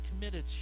committed